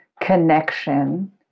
connection